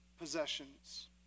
possessions